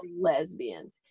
lesbians